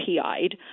PI'd